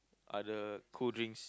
other cold drinks